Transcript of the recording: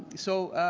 so